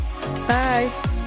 Bye